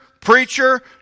preacher